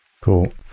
Cool